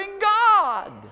God